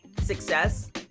success